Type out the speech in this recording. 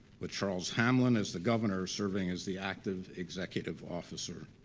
with charles hamlin as the governor serving as the active executive officer.